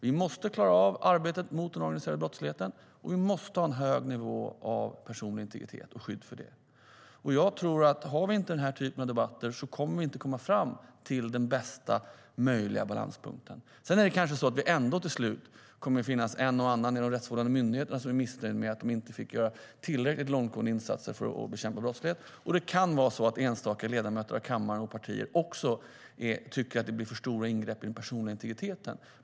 Vi måste klara av arbetet mot den organiserade brottsligheten, och vi måste ha en hög nivå av personlig integritet och skydd för det. Jag tror inte att vi kommer att komma fram till den bästa möjliga balanspunkten om vi inte har den här typen av debatter. Sedan kanske det är så att det till slut ändå kommer att finnas en och annan i de rättsvårdande myndigheterna som är missnöjd med att de inte fick göra tillräckligt långtgående insatser för att bekämpa brottslighet, och det kan vara så att enstaka ledamöter av kammaren och partier också tycker att det blir för stora ingrepp i den personliga integriteten.